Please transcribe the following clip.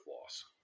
loss